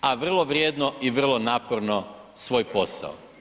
a vrlo vrijedno i vrlo naporno svoj posao.